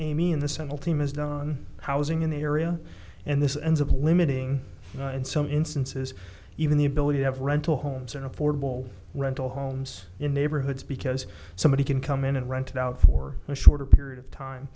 amy in the central team has done housing in the area and this ends of limiting in some instances even the ability to have rental homes and affordable rental homes in neighborhoods because somebody can come in and rented out for a shorter period of time